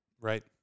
Right